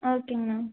ஓகேங்கண்ணா